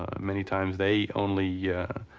ah many times, they only yeah